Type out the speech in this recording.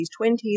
20s